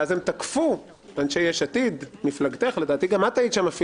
ואז אנשי יש עתיד תקפו לדעתי גם את היית שם,